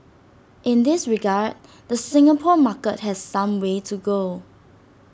in this regard the Singapore market has some way to go